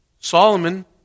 Solomon